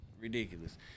ridiculous